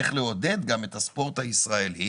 איך לעודד גם את הספורט הישראלי.